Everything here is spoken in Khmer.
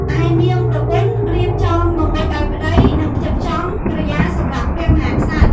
ឯនាងប្រពន្ធរៀបចំបង្វិចឱ្យប្តី និងផ្ចិតផ្ចង់ក្រយាសម្រាប់ព្រះមហាក្សត្រ។